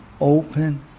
open